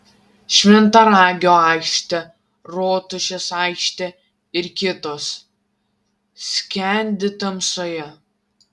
šventaragio aikštė rotušės aikštė ir kitos skendi tamsoje